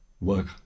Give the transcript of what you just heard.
work